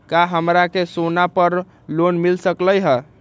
का हमरा के सोना पर लोन मिल सकलई ह?